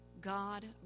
God